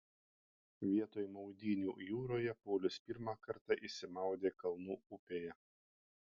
vietoj maudynių jūroje paulius pirmą kartą išsimaudė kalnų upėje